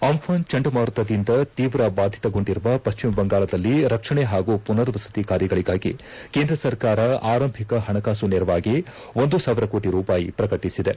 ಅಂಘಾನ್ ಚಂಡಮಾರುತದಿಂದ ತೀವ್ರ ಬಾಧಿತಗೊಂಡಿರುವ ಪಶ್ಚಿಮ ಬಂಗಾಳದಲ್ಲಿ ರಕ್ಷಣೆ ಹಾಗೂ ಪುನರ್ ವಸತಿ ಕಾರ್ಯಗಳಿಗಾಗಿ ಕೇಂದ್ರ ಸರ್ಕಾರ ಆರಂಭಿಕ ಹಣಕಾಸು ನೆರವಾಗಿ ಒಂದು ಸಾವಿರ ಕೋಟ ರೂಪಾಯಿ ಪ್ರಕಟಿಸಿದೆ